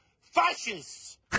fascists